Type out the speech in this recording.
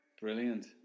brilliant